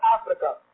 Africa